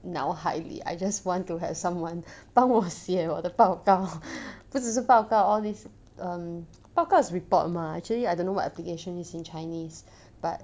脑海里 I just want to have someone 帮我写我的报告不只是报告 all this um 报告 is report mah actually I don't know what application is in chinese but